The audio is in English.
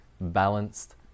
balanced